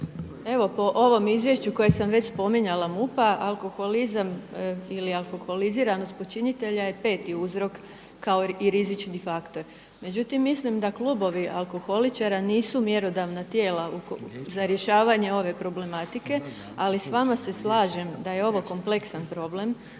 Evo po ovom izvješću koje sam već spominjala MUP-a alkoholizam ili alkoholiziranost počinitelja je peti uzrok kao i rizični faktor. Međutim, mislim da klubovi alkoholičara nisu mjerodavna tijela za rješavanje ove problematike ali s vama se slažem da je ovo kompleksan problem,